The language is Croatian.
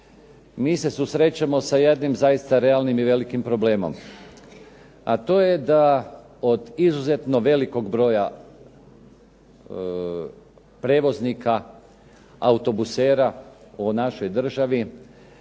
mi se susrećemo sa jednim zaista velikim i realnim problemom. A to je da od izuzetno velikog broja prijevoznika, autobusera u našoj državi